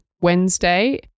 Wednesday